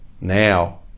now